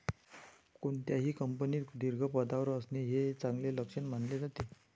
कोणत्याही कंपनीत दीर्घ पदावर असणे हे चांगले लक्षण मानले जाते